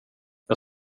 jag